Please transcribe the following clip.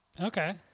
Okay